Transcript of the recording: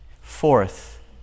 Fourth